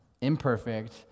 Imperfect